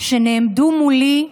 שנעמדו מולי,